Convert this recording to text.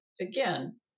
again